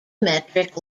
metric